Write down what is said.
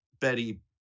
Betty